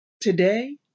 Today